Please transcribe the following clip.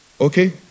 Okay